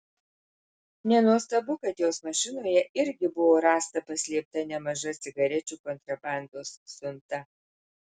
nenuostabu kad jos mašinoje irgi buvo rasta paslėpta nemaža cigarečių kontrabandos siunta